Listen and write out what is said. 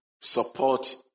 support